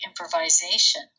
improvisation